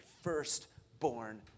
firstborn